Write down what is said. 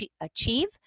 achieve